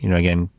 you know again,